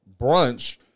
Brunch